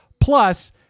Plus